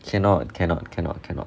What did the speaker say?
cannot cannot cannot cannot